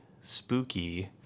spooky